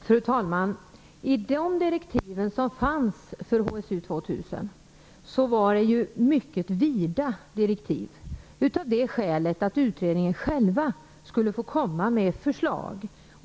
Fru talman! Direktiven för HSU 2000 var mycket vida av det skälet att utredningen skulle få komma med förslag.